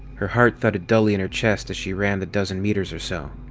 her heart thudded dully in her chest as she ran the dozen meters or so.